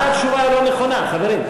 מה התשובה שלא נכונה, חברים?